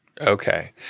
Okay